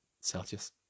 Celsius